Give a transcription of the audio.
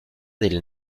del